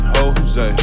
Jose